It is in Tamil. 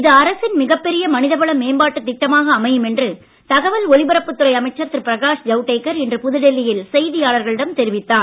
இது அரசின் மிகப் பெரிய மனிதவள மேம்பாட்டு திட்டமாக அமையும் என்று தகவல் ஒலிபரப்புத் துறை அமைச்சர் திரு பிரகாஷ் ஜவ்டேகர் இன்று புதுடெல்லியில் செய்தியாளர்களிடம் தெரிவித்தார்